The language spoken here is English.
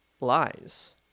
lies